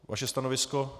Vaše stanovisko?